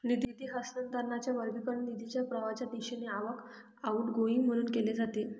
निधी हस्तांतरणाचे वर्गीकरण निधीच्या प्रवाहाच्या दिशेने आवक, आउटगोइंग म्हणून केले जाते